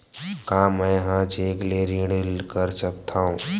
का मैं ह चेक ले ऋण कर सकथव?